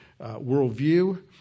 worldview